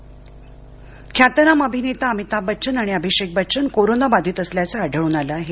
अभिनेते ख्यातनाम अभिनेता अमिताभ बच्चन आणि अभिषेक बच्चन कोरोना बाधित असल्याचं आढळून आलं आहे